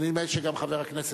ונדמה לי שגם חבר הכנסת.